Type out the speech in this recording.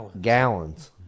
gallons